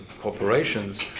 corporations